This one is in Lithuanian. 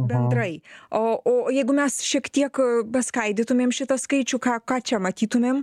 bendrai o o jeigu mes šiek tiek paskaidytumėm šitą skaičių ką ką čia matytumėm